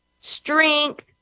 strength